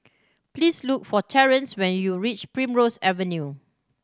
please look for Terrance when you reach Primrose Avenue